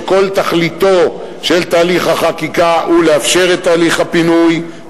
כשכל תכליתו של תהליך החקיקה היא לאפשר את תהליך הפינוי,